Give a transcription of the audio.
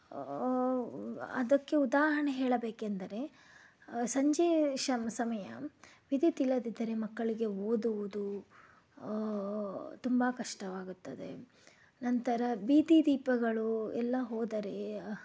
ಅದಕ್ಕೆ ಉದಾಹರಣೆ ಹೇಳಬೇಕೆಂದರೆ ಸಂಜೆ ಶ್ಯಮ್ ಸಮಯ ವಿದ್ಯುತ್ ಇಲ್ಲದಿದ್ದರೆ ಮಕ್ಕಳಿಗೆ ಓದುವುದು ತುಂಬ ಕಷ್ಟವಾಗುತ್ತದೆ ನಂತರ ಬೀದಿದೀಪಗಳು ಎಲ್ಲ ಹೋದರೆ